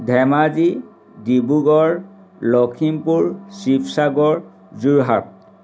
Dhemaji Dibrugarh Lakhimpur Sivasagar Jorhat